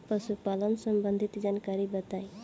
पशुपालन सबंधी जानकारी बताई?